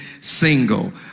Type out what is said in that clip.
single